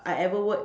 I ever work